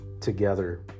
Together